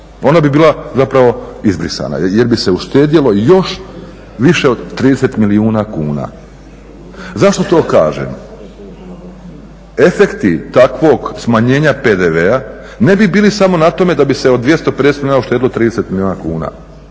Ona bi bila zapravo izbrisana, jer bi se uštedjelo još više od 30 milijuna kuna. Zašto to kažem? Efekti takvog smanjenja PDV-a ne bi bili samo na tome da bi se od 250 milijuna uštedilo 30 milijuna kuna